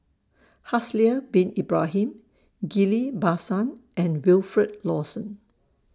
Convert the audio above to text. Haslir Bin Ibrahim Ghillie BaSan and Wilfed Lawson